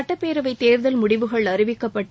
சுட்டப்பேரவை தேர்தல் முடிவுகள் அறிவிக்கப்பட்டு